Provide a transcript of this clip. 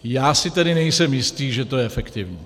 Já si tedy nejsem jistý, že to je efektivní.